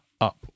up